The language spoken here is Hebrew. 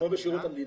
כמו בשירות המדינה.